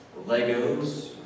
Legos